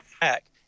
back